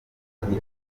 iki